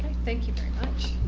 thank you very much.